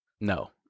No